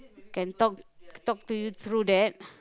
can talk talk to you through that